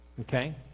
Okay